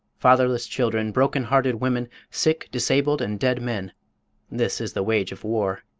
fatherless children, broken-hearted women, sick, disabled and dead men this is the wage of war.